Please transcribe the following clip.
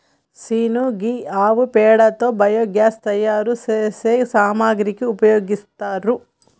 scene గీ ఆవు పేడతో బయోగ్యాస్ తయారు సేసే సామాగ్రికి ఉపయోగిత్తారు